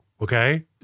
Okay